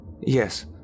Yes